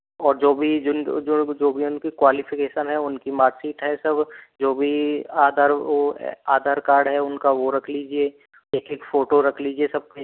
और जो भी जिन जो जो जो भी उनकी क्वालिफ़िकेसन है उनकी मार्कसीट है सब जो भी आधार वर आधार कार्ड है उनका वह रख लीजिए एक एक फ़ोटो रख लीजिए सबकी